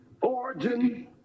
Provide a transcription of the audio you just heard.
origin